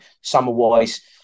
summer-wise